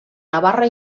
navarra